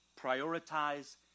prioritize